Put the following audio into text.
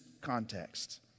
context